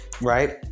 right